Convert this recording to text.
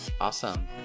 awesome